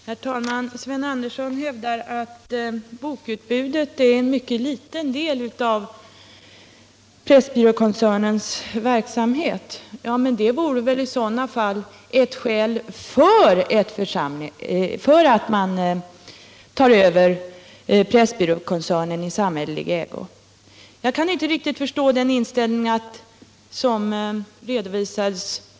Herr talman! Sven Andersson hävdar att bokutbudet är en mycket liten del av Pressbyråkoncernens verksamhet. Men det vore väl ett skäl för att överföra pressbyrån i samhällelig ägo! Jag kan inte riktigt förstå den inställning Sven Andersson redovisade.